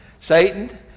Satan